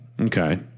Okay